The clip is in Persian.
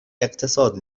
اقتصاد